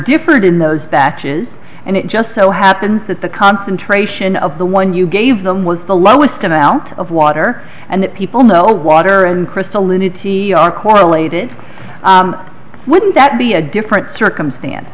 differed in those batches and it just so happens that the concentration of the one you gave them was the lowest amount of water and that people know water and christa luna t r correlated wouldn't that be a different circumstance